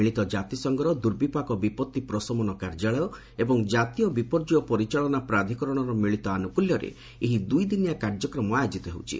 ମିଳିତ ଜାତିସଂଘର ଦୁର୍ବିପାକ ବିପତ୍ତି ପ୍ରଶମନ କାର୍ଯ୍ୟାଳୟ ଏବଂ ଜାତୀୟ ବିପର୍ଯ୍ୟୟ ପରିଚାଳନା ପ୍ରାଧିକରଣର ମିଳିତ ଆନୁକୁଲ୍ୟରେ ଏହି ଦୁଇ ଦିନିଆ କାର୍ଯ୍ୟକ୍ରମ ଆୟୋଜିତ ହେଉଛି